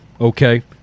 okay